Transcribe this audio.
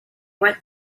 went